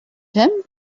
him